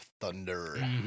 Thunder